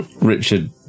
Richard